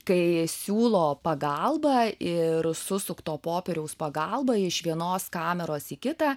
kai siūlo pagalbą ir susukto popieriaus pagalba iš vienos kameros į kitą